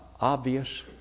obvious